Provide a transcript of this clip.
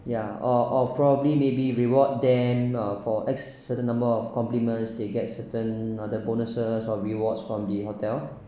yeah or or probably maybe reward them for a certain number of compliments they get certain uh the bonuses or rewards from the hotel